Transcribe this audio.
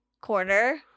corner